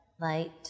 light